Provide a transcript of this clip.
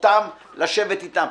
אותם לשבת אתם.